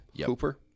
Cooper